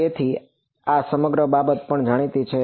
તેથી આ સમગ્ર બાબત પણ જાણીતી છે